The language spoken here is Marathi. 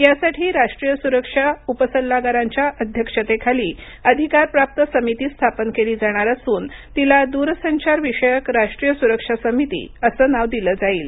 यासाठी राष्ट्रीय सुरक्षा उपसल्लागारांच्या अध्यक्षतेखाली अधिकारप्राप्त स्थापन केली जाणार असून तिला दूरसंचारविषयक राष्ट्रीय सुरक्षा समिती असं नाव दिलं जाईल